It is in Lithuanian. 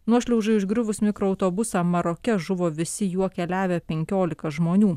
nuošliaužai užgriuvus mikroautobusą maroke žuvo visi juo keliavę penkiolika žmonių